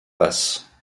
basses